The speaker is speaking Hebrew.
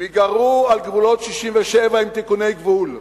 הם ייגמרו על גבולות 67' עם תיקוני גבול,